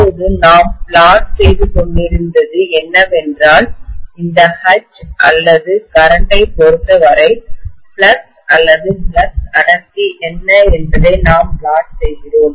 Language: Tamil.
இப்போது நாம் பிளாட் செய்து கொண்டிருந்தது என்னவென்றால் இந்த H அல்லது கரண்ட்டைப் பொறுத்தவரை ஃப்ளக்ஸ் அல்லது ஃப்ளக்ஸ் அடர்த்தி என்ன என்பதை நாம் பிளாட் செய்கிறோம்